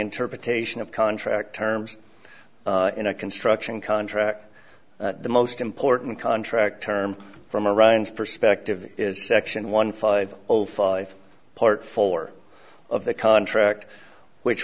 interpretation of contract terms in a construction contract the most important contract term from iran's perspective is section one five zero five part four of the contract which